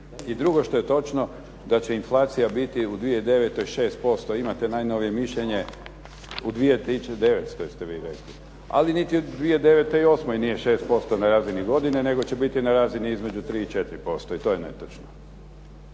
I drugo što je točno, da će inflacija biti u 2009. 6%. Imate najnovije mišljenje u 2 tisuće 900 ste vi rekli. Ali niti u 2009. i osmoj nije 6% na razini godine, nego će biti na razini između 3 i 4%. I to je netočno.